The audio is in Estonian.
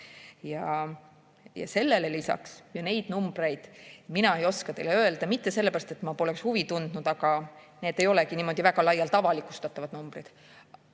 Sellele lisaks – ja neid numbreid mina ei oska teile öelda, mitte sellepärast, et ma poleks huvi tundnud, vaid need ei olegi nii väga laialt avalikustatavad –